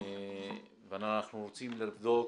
אנחנו רוצים לבדוק